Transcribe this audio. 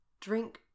drink